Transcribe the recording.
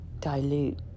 dilute